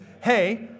hey